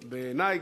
בעיני,